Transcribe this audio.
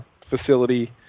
facility